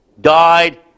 died